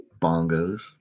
bongos